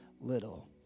little